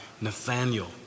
Nathaniel